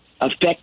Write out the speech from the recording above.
affect